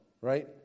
right